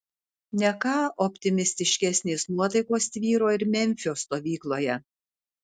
ne ką optimistiškesnės nuotaikos tvyro ir memfio stovykloje